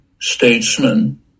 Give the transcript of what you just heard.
statesman